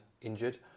injured